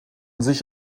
sich